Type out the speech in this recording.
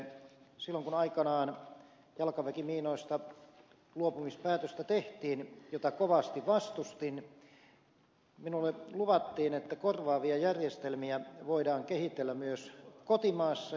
silloin kun aikanaan tehtiin jalkaväkimiinoista luopumispäätöstä jota kovasti vastustin minulle luvattiin että korvaavia järjestelmiä voidaan kehitellä myös kotimaassa